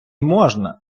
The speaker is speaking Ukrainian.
можна